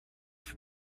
for